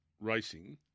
racing